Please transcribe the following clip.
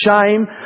shame